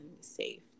safe